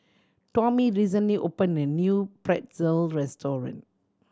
Tommy recently opened a new Pretzel restaurant